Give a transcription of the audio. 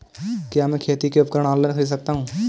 क्या मैं खेती के उपकरण ऑनलाइन खरीद सकता हूँ?